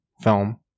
film